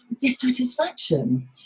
dissatisfaction